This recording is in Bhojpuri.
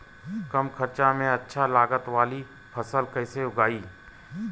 कम खर्चा में अच्छा लागत वाली फसल कैसे उगाई?